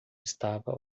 estava